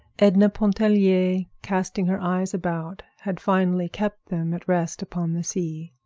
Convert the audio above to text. edna pontellier, casting her eyes about, had finally kept them at rest upon the sea.